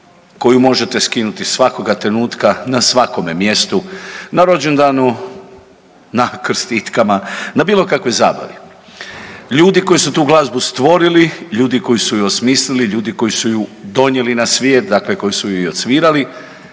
koju možete skinuti svakoga trenutka na svakome mjestu, na rođendanu, na krstitkama, na bilo kakvoj zabavi. Ljudi koji su tu glazbu stvorili, ljudi koji su je osmislili, ljudi koju su ju donijeli na svijet dakle koji su je i odsvirali